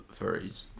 furries